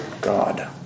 God